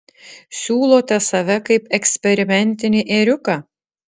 siūlote save kaip eksperimentinį ėriuką